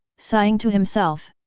sighing to himself.